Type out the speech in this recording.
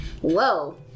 whoa